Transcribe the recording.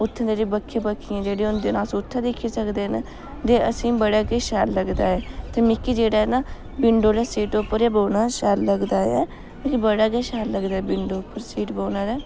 उत्थुआं दी बक्खी बक्खियें जेह्ड़े होंदे न अस उत्थै दिक्खी सकदे न ते असेंगी बड़ा गै शैल लगदा ऐ ते मिगी जेह्ड़ा ऐ न विंडो आह्ली सीट उप्पर बौह्ना शैल लगदा ऐ मि बड़ा गै शैल लगदा ऐ विंडो उप्पर सीट बौह्ने दा